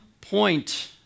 point